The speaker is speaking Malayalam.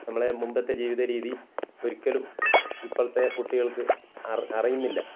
നമ്മുടെ മുമ്പത്തെ ജീവിത രീതി ഒരിക്കലും ഇപ്പോഴത്തെ കുട്ടികൾക്ക് അറിയുന്നില്ല